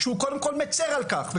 שהוא קודם כל מצר על כך.